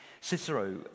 Cicero